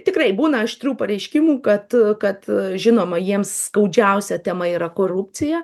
tikrai būna aštrių pareiškimų kad kad žinoma jiems skaudžiausia tema yra korupcija